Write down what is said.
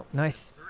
nice